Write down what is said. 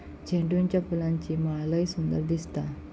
झेंडूच्या फुलांची माळ लय सुंदर दिसता